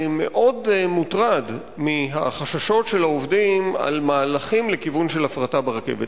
מאוד מוטרד מהחששות של העובדים על מהלכים לכיוון של הפרטה ברכבת.